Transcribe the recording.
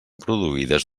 produïdes